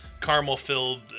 caramel-filled